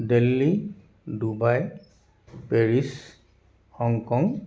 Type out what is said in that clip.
Delhi Dubai Paris Hong Kong